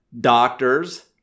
doctors